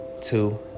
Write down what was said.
two